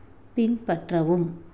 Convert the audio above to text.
பின்பற்றவும்